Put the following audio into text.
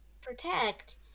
protect